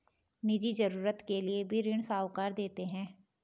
निजी जरूरत के लिए भी ऋण साहूकार देते हैं